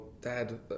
Dad